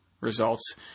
results